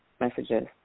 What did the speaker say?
messages